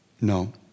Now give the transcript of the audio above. No